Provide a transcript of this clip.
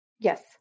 Yes